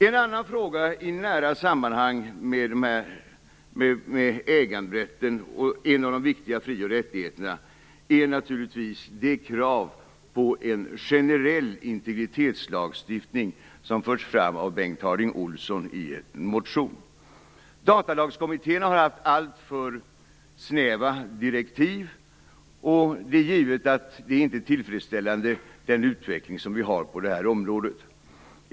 En annan fråga i nära samband med äganderätten och en av de viktiga fri och rättigheterna, är naturligtvis det krav på en generell integritetslagstiftning som har förts fram av Bengt Harding Olson i en motion. Datalagskommittén har haft alltför snäva direktiv, och det är givet att utvecklingen på området inte är tillfredsställande.